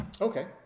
Okay